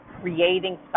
creating